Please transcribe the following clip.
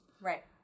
Right